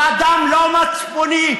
הוא אדם לא מצפוני,